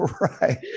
Right